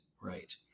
Right